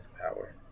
power